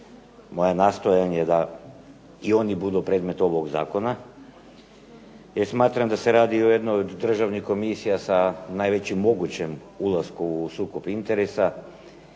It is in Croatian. moje nastojanje da i oni budu predmet ovog zakona. Jer smatram da se radi o jednoj od državnih komisija sa najvećim mogućim ulaskom u sukob interesa.